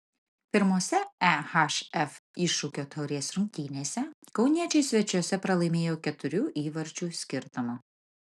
pirmose ehf iššūkio taurės rungtynėse kauniečiai svečiuose pralaimėjo keturių įvarčių skirtumu